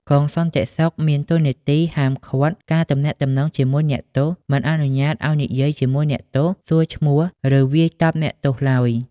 កងសន្តិសុខមានតួនាទី ហាមឃាត់ការទំនាក់ទំនងជាមួយអ្នកទោស មិនអនុញ្ញាតឱ្យនិយាយជាមួយអ្នកទោស សួរឈ្មោះ ឬវាយតប់អ្នកទោសឡើយ។